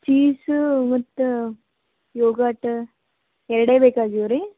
cheese ಮತ್ತೆ yogurt ಎರಡೇ ಬೇಕಾಗಿವೆ ರೀ